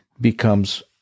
becomes